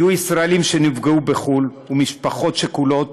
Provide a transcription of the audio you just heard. יהיו ישראלים שנפגעו בחו"ל ומשפחות שכולות